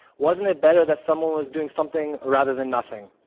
wasn't it better that someone was doing something rather than nothing?